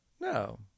no